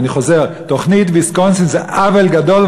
ואני חוזר: תוכנית ויסקונסין זה עוול גדול,